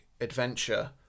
Adventure